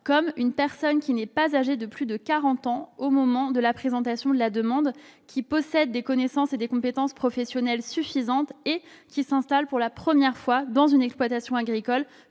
comme une personne qui n'est pas âgée de plus de quarante ans au moment de la présentation de la demande, qui possède des connaissances et des compétences professionnelles suffisantes et qui s'installe pour la première fois dans une exploitation agricole